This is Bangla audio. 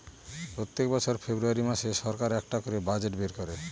প্রত্যেক বছর ফেব্রুয়ারী মাসে সরকার একটা করে বাজেট বের করে